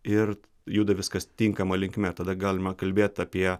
ir juda viskas tinkama linkme tada galima kalbėt apie